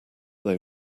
they